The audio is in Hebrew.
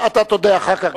אתה תודה אחר כך.